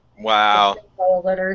Wow